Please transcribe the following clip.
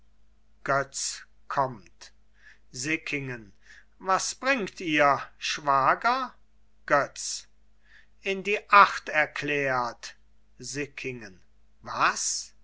sickingen was bringt ihr schwager götz in die acht erklärt sickingen was